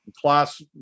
class